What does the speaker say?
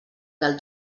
del